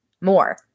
more